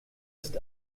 ist